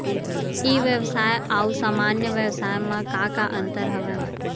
ई व्यवसाय आऊ सामान्य व्यवसाय म का का अंतर हवय?